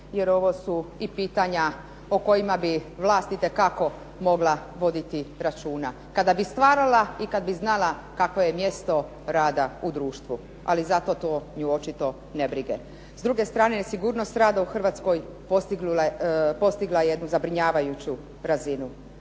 jer ovo su i pitanja po kojima bi vlast itekako mogla voditi računa kada bi stvarala i kad bi znala kakvo je mjesto rada u društvu, ali zato to nju očito ne brine. S druge strane sigurnost rada u Hrvatskoj postigla je jednu zabrinjavajuću razinu.